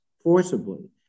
forcibly